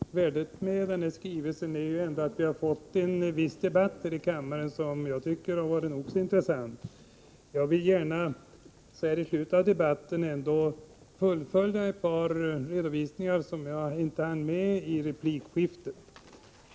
Fru talman! Värdet med den här skrivelsen är ändå att vi här i kammaren har fått en viss debatt, som jag tycker har varit nog så intressant. Jag vill gärna så här i slutet av debatten fullfölja ett par redovisningar som jag inte hann med i replikskiftet.